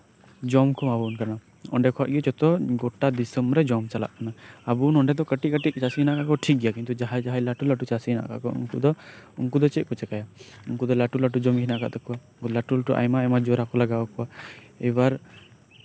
ᱡᱚᱢ ᱠᱚ ᱮᱢᱟᱵᱚᱱ ᱠᱟᱱᱟ ᱚᱱᱰᱮ ᱠᱷᱚᱡ ᱜᱮ ᱜᱳᱴᱟ ᱫᱤᱥᱚᱢᱨᱮ ᱡᱚᱢ ᱪᱟᱞᱟᱜ ᱠᱟᱱᱟ ᱟᱵᱚ ᱱᱚᱰᱮ ᱫᱚ ᱠᱟᱹᱴᱤᱡ ᱠᱟᱹᱴᱤᱡ ᱪᱟᱹᱥᱤ ᱢᱮᱱᱟᱜ ᱠᱟᱜ ᱠᱚᱣᱟ ᱴᱷᱤᱠ ᱜᱮᱭᱟ ᱠᱤᱱᱛᱩ ᱡᱟᱸᱦᱟᱭ ᱡᱟᱸᱦᱟᱭ ᱞᱟᱹᱴᱩ ᱪᱟᱹᱥᱤ ᱢᱮᱱᱟᱜ ᱠᱟᱜ ᱠᱚᱣᱟ ᱩᱱᱠᱩ ᱫᱚ ᱪᱮᱫ ᱠᱚ ᱪᱮᱠᱟᱭᱟ ᱩᱱᱠᱩ ᱫᱚ ᱞᱟᱹᱴᱩ ᱞᱟᱹᱴᱩ ᱡᱚᱢᱤ ᱢᱮᱱᱟᱜ ᱠᱟᱜ ᱛᱟᱠᱚᱣᱟ ᱞᱟᱹᱴᱩ ᱞᱟᱹᱴᱩ ᱟᱭᱢᱟ ᱟᱭᱢᱟ ᱡᱳᱨᱟ ᱠᱚ ᱞᱟᱜᱟᱣ ᱠᱚᱣᱟ ᱮᱵᱟᱨ